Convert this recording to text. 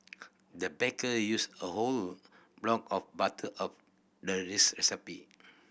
the baker used a whole block of butter of the this recipe